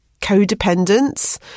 codependence